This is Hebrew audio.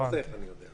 מה זה איך אני יודע?